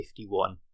51